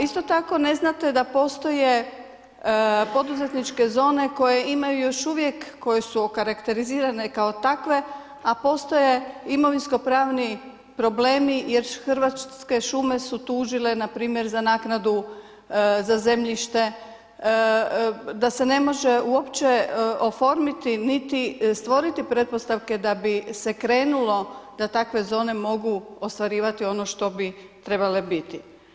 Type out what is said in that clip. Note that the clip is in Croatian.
Isto tako ne znate da postoje poduzetničke zone koje imaju još uvijek koje su okarakterizirane kao takve a postoje imovinsko-pravni problemi jer Hrvatske šume su tužile npr. za naknadu za zemljište da se ne može uopće oformiti niti stvoriti pretpostavke da bi se krenulo da takve zone mogu ostvarivati one što bi trebale biti.